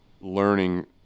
learning